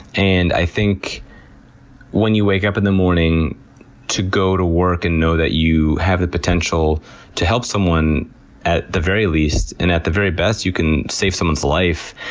and i think when you wake up in the morning to go to work and know that you have the potential to help someone at the very least, and at the very best you can save someone's life.